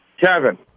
Kevin